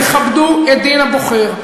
תכבדו את דין הבוחר,